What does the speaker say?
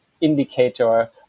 indicator